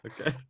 Okay